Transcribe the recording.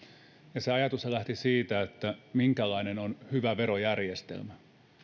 se ajatushan lähti siitä minkälainen on hyvä verojärjestelmä